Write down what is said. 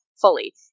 fully